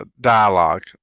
dialogue